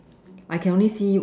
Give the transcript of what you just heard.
I can only see